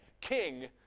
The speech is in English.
King